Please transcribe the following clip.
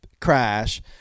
crash